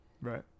Right